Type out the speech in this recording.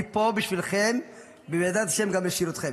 אני פה בשבילכם ובעזרת השם גם לשירותכם.